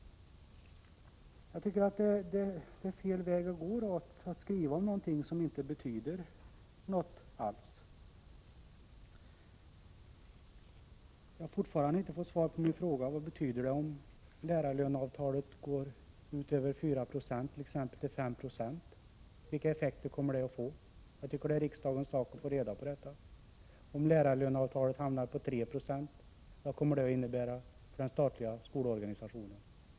Jag tycker att det är fel väg att gå att skriva om någonting som inte betyder något alls. Jag har ännu inte fått svar på frågan: Vad betyder det om lärarlöneavtalet skulle ge mer än 4 960 ökning, t.ex. 5 96? Vilka effekter kommer det att få? Riksdagen har rätt att få reda på detta. Om lärarlöneavtalet hamnar på 3 20 — vad kommer det att innebära för den statliga skolorganisationen?